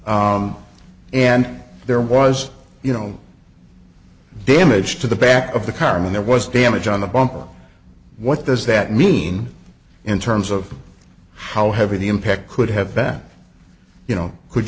d and there was you know damage to the back of the car mean there was damage on the bumper what does that mean in terms of how heavy the impact could have that you know could